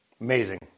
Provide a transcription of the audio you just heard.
Amazing